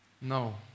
No